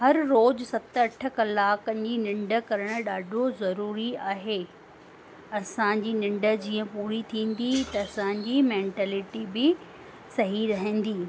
हर रोज़ु सत अठ कलाकनि जी निंड करणु ॾाढो ज़रूरी आहे असांजी निंड जीअं पूरी थींदी त असांजी मेंटलिटी बि सही रहंदी